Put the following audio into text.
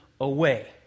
away